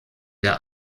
der